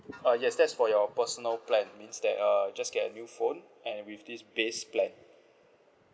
uh yes that's for your personal plan means that uh just get a new phone and with this base plan